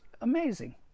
amazing